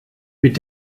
mit